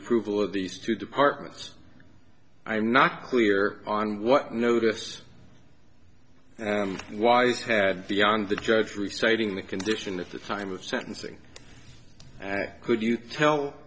approval of these two departments i am not clear on what notice whys had beyond the judge reciting the condition at the time of sentencing could you tell